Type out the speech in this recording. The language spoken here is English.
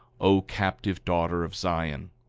o captive daughter of zion.